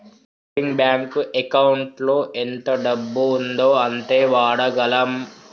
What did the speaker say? saving bank ఎకౌంటులో ఎంత డబ్బు ఉందో అంతే వాడగలం